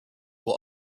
will